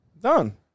done